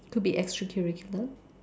could be extra curricular